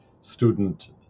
student